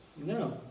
No